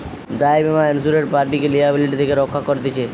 দায় বীমা ইন্সুরেড পার্টিকে লিয়াবিলিটি থেকে রক্ষা করতিছে